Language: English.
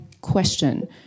question